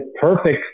perfect